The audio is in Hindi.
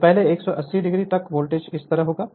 तो पहले 1800 तक वोल्टेज इस तरह होगा